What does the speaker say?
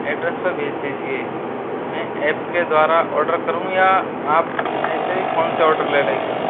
address पर भेज दीजिए मैं ऐप के द्वारा ऑर्डर करूँ या आप ऐसे ही फ़ोन से ऑर्डर ले लेंगे